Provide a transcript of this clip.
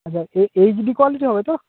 আচ্ছা H D quality হবে তো